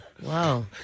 Wow